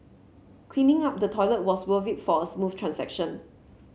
cleaning up the toilet was worth it for a smooth transaction